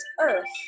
earth